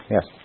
Yes